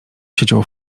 siecią